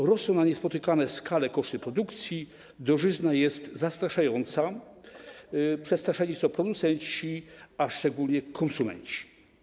Urosną na niespotykaną skalę koszty produkcji, drożyzna jest zastraszająca, przestraszeni są producenci, a szczególnie konsumenci.